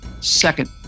second